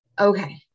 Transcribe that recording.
okay